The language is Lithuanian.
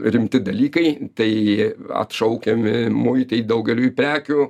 rimti dalykai tai atšaukiami muitai daugeliui prekių